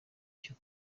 cyo